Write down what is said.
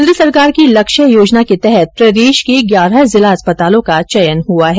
केंद्र सरकार की लक्ष्य योजना के तहत प्रदेश के जिला अस्पतालों का चयन हुआ है